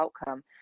outcome